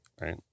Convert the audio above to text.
right